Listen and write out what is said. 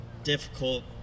difficult